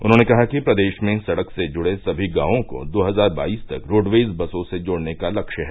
उन्होंने कहा कि प्रदेश में सड़क से जुड़े समी गांवों को दो हजार बाईस तक रोडवेज बसों से जोड़ने का लक्ष्य है